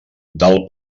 del